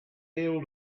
able